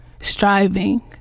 striving